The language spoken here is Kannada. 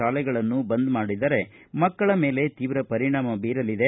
ಶಾಲೆಗಳನ್ನು ಬಂದ್ ಮಾಡಿದರೆ ಮಕ್ಕಳ ಮೇಲೆ ತೀವ್ರ ಪರಿಣಾಮ ಬೀರಲಿದೆ